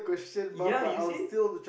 ya you see